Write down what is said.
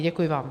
Děkuji vám.